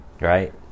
right